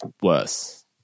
worse